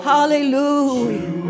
Hallelujah